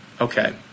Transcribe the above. okay